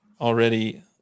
already